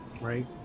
right